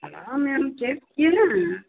में हम चेक किए हैं